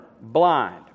blind